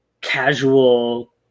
casual